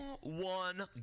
one